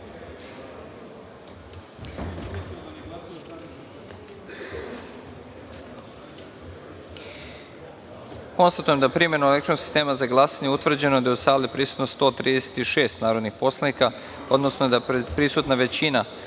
da je primenom elektronskog sistema za glasanje utvrđeno da je u sali prisutno 136 narodnih poslanika, odnosno da je prisutna većina